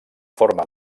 forma